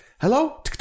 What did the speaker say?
Hello